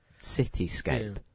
cityscape